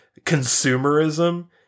consumerism